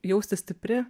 jaustis stipri